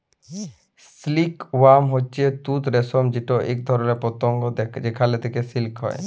silk worm হচ্যে তুত রেশম যেটা এক ধরণের পতঙ্গ যেখাল থেক্যে সিল্ক হ্যয়